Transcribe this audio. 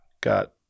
Got